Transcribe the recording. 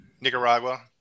Nicaragua